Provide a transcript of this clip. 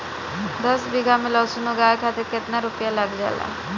दस बीघा में लहसुन उगावे खातिर केतना रुपया लग जाले?